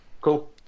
Cool